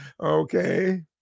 Okay